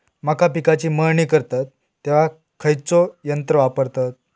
मका पिकाची मळणी करतत तेव्हा खैयचो यंत्र वापरतत?